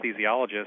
anesthesiologist